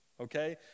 okay